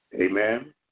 Amen